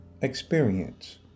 experience